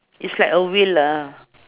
it's like a will lah